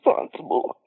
responsible